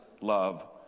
love